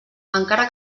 encara